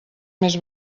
més